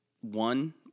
one